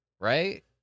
Right